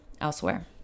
elsewhere